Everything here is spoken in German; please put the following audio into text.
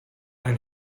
ein